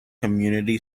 community